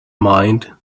mind